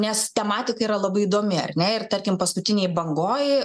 nes tematika yra labai įdomi ar ne ir tarkim paskutinėj bangoj